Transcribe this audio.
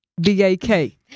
b-a-k